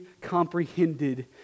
comprehended